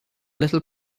little